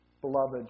beloved